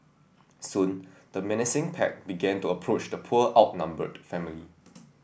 soon the menacing pack began to approach the poor outnumbered family